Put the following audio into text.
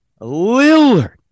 Lillard